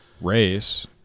race